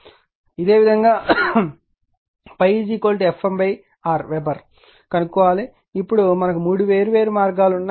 ఇదే విధంగా ∅ F m R weber కనుగొనండి ఇప్పుడు మనకు మూడు వేర్వేరు మార్గాలు ఉన్నాయి